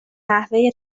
نحوه